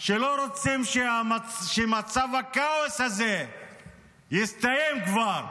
שלא רוצים שמצב הכאוס הזה יסתיים כבר?